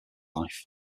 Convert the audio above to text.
life